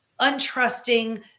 untrusting